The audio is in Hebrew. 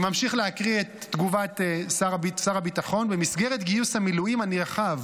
אני ממשיך להקריא את תגובת שר הביטחון: במסגרת גיוס המילואים הנרחב